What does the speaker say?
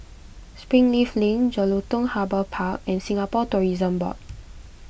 Springleaf Link Jelutung Harbour Park and Singapore Tourism Board